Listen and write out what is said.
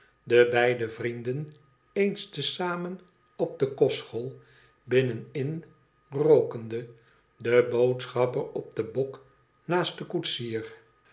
de beide vrienden eens te zamen op de kostschool binnenin rookende de boodschapper op den bok naast den koetsier